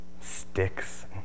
sticks